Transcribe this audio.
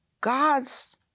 God's